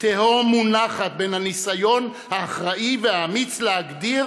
תהום מונחת בין הניסיון האחראי והאמיץ להגדיר,